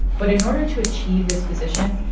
but in order to achieve this position,